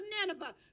Nineveh